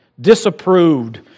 disapproved